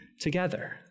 together